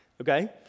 Okay